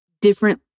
different